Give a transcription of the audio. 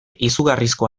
izugarrizko